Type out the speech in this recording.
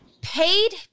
Paid